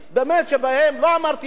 לא אמרתי על תלבושת.